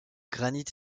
granit